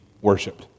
worshipped